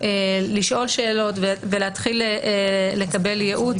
לשאול שאלות ולהתחיל לקבל ייעוץ.